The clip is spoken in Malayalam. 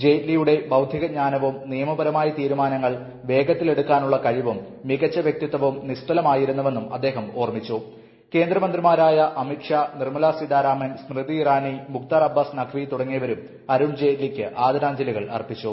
ജയ്റ്റ്ലി യുടെ ബൌദ്ധിക ജ്ഞാനവും നിയമപരമായ തീരുമാനങ്ങൾ വേഗത്തിൽ എടുക്കാനുള്ള കഴിവും മികച്ച വൃക്തിത്വവും നിസ്തുലമായിരുന്നുവെന്ന് അദ്ദേഹം ഓർമ്മിച്ചു കേന്ദ്രമന്ത്രിമാരായ അമിത്ഷാ നിർമല സീതാരാമൻ സ്മൃതി ഇറാനി മുക്താർ അബ്ബാസ് നഖ്വി തുടങ്ങിയവരും അരുൺ ജയറ്റ്ലിക്ക് ആദരാഞ്ജലികളർപ്പിച്ചു